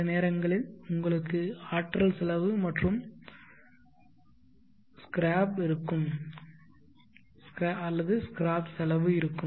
சில நேரங்களில் உங்களுக்கு ஆற்றல் செலவு மற்றும் பின்னர் ஸ்கிராப் இருக்கும் அல்லது ஸ்கிராப் செலவு இருக்கும்